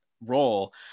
role